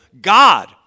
God